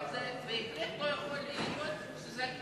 אבל זה בהחלט לא יכול להיות שזה על